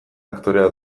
aktorea